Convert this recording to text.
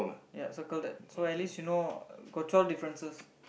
ya circle that so at least you know got twelve differences